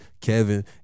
Kevin